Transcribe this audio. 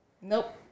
Nope